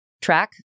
track